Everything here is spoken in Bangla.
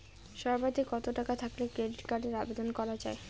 সর্বাধিক কত টাকা থাকলে ক্রেডিট কার্ডের আবেদন করা য়ায়?